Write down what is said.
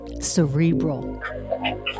cerebral